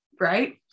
Right